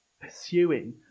pursuing